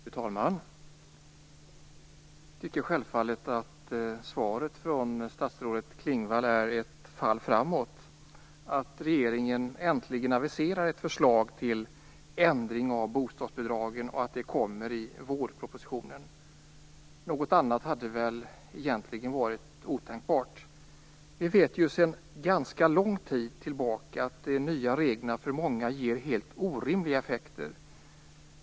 Fru talman! Jag tycker självfallet att svaret från statsrådet Klingvall är ett fall framåt. Regeringen aviserar äntligen ett förslag till ändring av bostadsbidragen. Det kommer i vårpropositionen. Något annat hade egentligen varit otänkbart. Vi vet sedan ganska lång tid tillbaka att de nya reglerna för många får helt orimliga effekter.